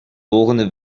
volgende